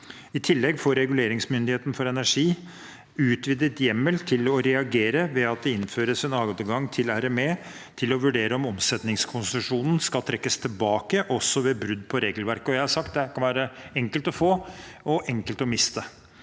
I tillegg får Reguleringsmyndigheten for energi, RME, utvidet hjemmel til å reagere ved at det innføres en adgang for RME til å vurdere om omsetningskonsesjonen skal trekkes tilbake også ved brudd på regelverket, og jeg har sagt at det kan være enkelt å få og enkelt å miste.